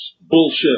bullshit